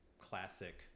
classic